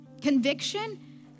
conviction